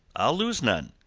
i'll lose none.